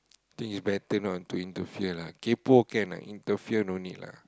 think is better not to interfere lah kaypoh can lah interfere no need lah